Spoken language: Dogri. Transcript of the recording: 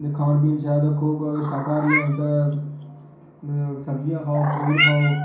खान पीन शैल रखोग अगर शाकाहारी हैन ते सब्जियां खाओ फ्रूट खाओ